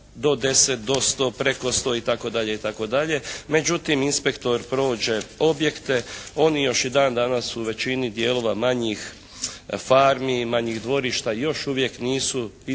do 10, do 100, preko 100 i tako dalje i tako dalje. Međutim inspektor prođe objekte. Oni još i dan danas u većini dijelova manjih farmi, manjih dvorišta još uvijek nisu ispunjene